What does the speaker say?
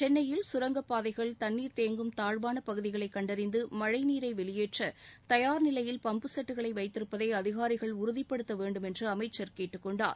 சென்னையில் சுரங்கப் பாதைகள் தண்ணீர் தேங்கும் தாழ்வானப் பகுதிகளை கண்டறிந்து மழழநீரை வெளியேற்ற தயார் நிலையில் பம்புசெட்டுகளை வைத்திருப்பதை அதிகாரிகள் உறுதிப்படுத்த வேண்டும் என்று அமைச்சர் கேட்டுக்கொண்டுடார்